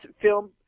film